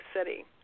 City